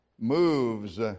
moves